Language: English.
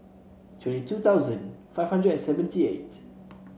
twenty two thousand five hundred and seventy eight